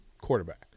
quarterback